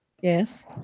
Yes